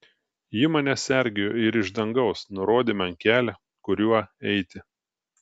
ji mane sergėjo ir iš dangaus nurodė man kelią kuriuo eiti